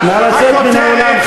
נא לצאת מן האולם,